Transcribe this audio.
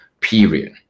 period